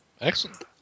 excellent